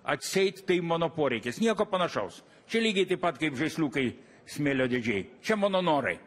atseit tai mano poreikis nieko panašaus čia lygiai taip pat kaip žaisliukai smėlio dėžėj čia mano norai